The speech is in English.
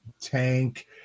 tank